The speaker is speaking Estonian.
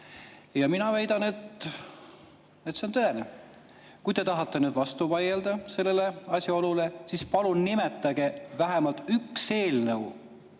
Mina väidan, et see on tõene. Kui te tahate nüüd vastu vaielda sellele asjaolule, siis palun nimetage vähemalt üks eelnõu